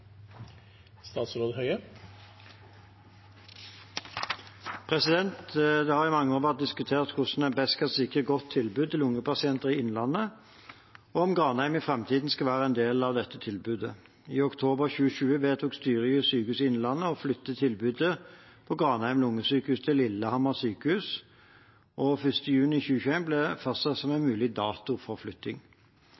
Det har i mange år vært diskutert hvordan en best skal sikre et godt tilbud til lungepasienter i Innlandet, og om Granheim i framtiden skal være en del av dette tilbudet. I oktober 2020 vedtok styret i Sykehuset Innlandet å flytte tilbudet på Granheim lungesykehus til Lillehammer sykehus, og 1. juni 2021 ble fastsatt som en